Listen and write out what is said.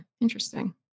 interesting